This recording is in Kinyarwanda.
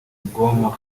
bwonko